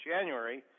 January